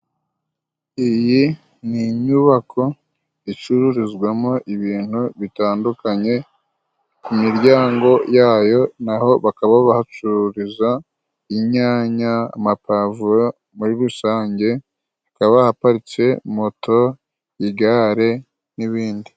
Iyi ni inyubako icururizwamo ibintu bitandukanye, ku miryango yayo naho bakaba bahacururiza inyanya, amapavuro muri rusange ikaba haparitse moto, igare n'ibindi.